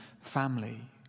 family